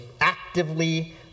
actively